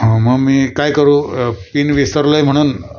हो मग मी काय करू पिन विसरलो आहे म्हणून